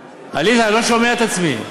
עליזה, אני לא שומע את עצמי.